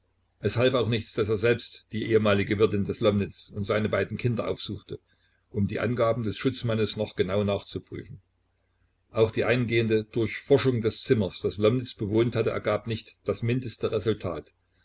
es half auch nichts daß er selbst die ehemalige wirtin des lomnitz und seine beiden kinder aufsuchte um die angaben des schutzmannes noch genau nachzuprüfen auch die eingehende durchforschung des zimmers das lomnitz bewohnt hatte ergab nicht das mindeste resultat